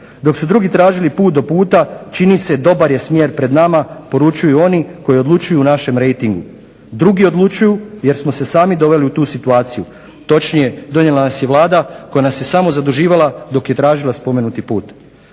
Dok su drugi tražili put do puta, čini se dobar je smjer pred nama, poručuju oni koji odlučuju o našem rejtingu. Drugi odlučuju jer smo se sami doveli u tu situaciju, točnije dovela nas je Vlada koja nas je samo zaduživala dok je tražila spomenuti put.